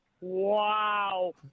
wow